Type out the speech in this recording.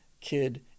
kid